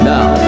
Now